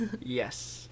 Yes